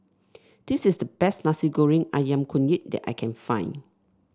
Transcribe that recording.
this is the best Nasi Goreng ayam kunyit that I can find